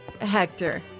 Hector